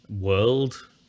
world